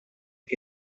che